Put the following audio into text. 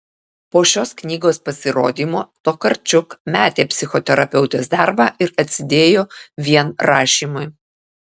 po šios knygos pasirodymo tokarčuk metė psichoterapeutės darbą ir atsidėjo vien rašymui